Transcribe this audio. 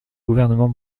gouvernement